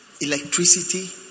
electricity